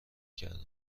کردم